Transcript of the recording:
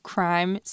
Crime